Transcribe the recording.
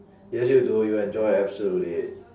he ask you to do you enjoy absolutely it